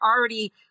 already